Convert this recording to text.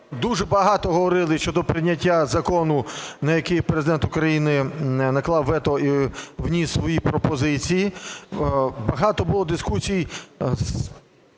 Дуже багато говорили щодо прийняття закону, на який Президент України наклав вето і вніс свої пропозиції. Багато було дискусій